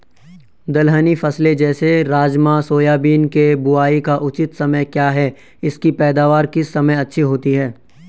दलहनी फसलें जैसे राजमा सोयाबीन के बुआई का उचित समय क्या है इसकी पैदावार किस समय अच्छी होती है?